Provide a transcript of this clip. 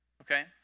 Okay